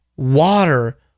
Water